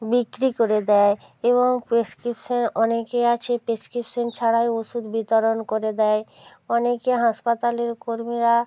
বিক্রি করে দেয় এবং প্রেসক্রিপশানে অনেকে আছে প্রেসক্রিপশান ছাড়াই ওষুধ বিতরণ করে দেয় অনেকে হাসপাতালের কর্মীরা